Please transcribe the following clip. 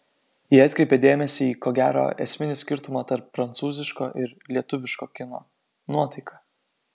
ji atkreipė dėmesį į ko gero esminį skirtumą tarp prancūziško ir lietuviško kino nuotaiką